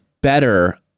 better